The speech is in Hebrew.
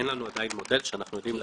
אין לנו עדיין מודל שאנחנו יודעים.